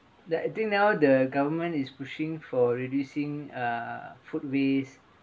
the I think now the government is pushing for reducing uh food waste